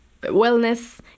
wellness